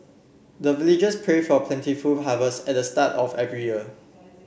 the villagers pray for plentiful harvest at the start of every year